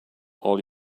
all